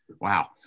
Wow